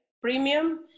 Premium